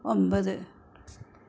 ഒൻപത്